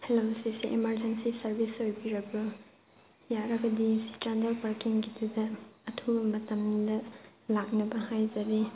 hello ꯁꯤꯁꯦ emergency service ꯑꯣꯏꯕꯤꯔꯕ꯭ꯔꯥ ꯌꯥꯔꯒꯗꯤ ꯁꯤ ꯆꯥꯟꯗꯦꯜ ꯄꯥꯔꯀꯤꯡꯒꯤꯗꯨꯗ ꯑꯊꯨꯕ ꯃꯇꯝꯗ ꯂꯥꯛꯅꯕ ꯍꯥꯏꯖꯔꯤ